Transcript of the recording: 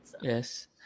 Yes